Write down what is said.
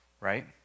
right